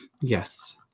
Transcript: Yes